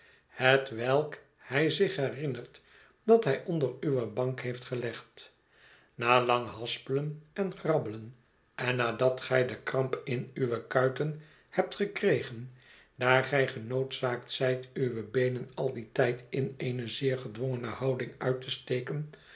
hetwelk hij zich herinnert dat hij onder uwe bank heeft gelegd na lang haspelen en grabbelen en nadat gij de kramp in uwe kuiten hebt gekregen daar gij genoodzaakt zijt uwe beenen al dien tijd in eene zeer gedwongene houding uit te steken